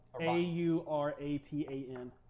A-U-R-A-T-A-N